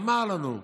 אמר לנו,